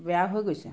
বেয়া হৈ গৈছে